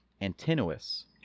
Antinous